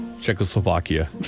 Czechoslovakia